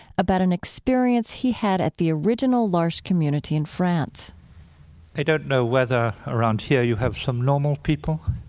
about an experience he had at the original l'arche community in france i don't know whether around here you have some normal people,